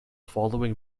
following